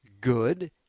good